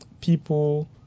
people